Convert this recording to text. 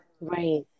Right